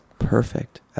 Perfect